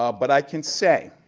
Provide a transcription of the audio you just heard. um but i can say,